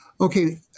Okay